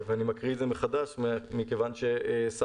אני מקריא את זה מחדש מכיוון שקביעת